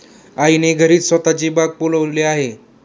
आईने घरीच स्वतःची बाग फुलवली आहे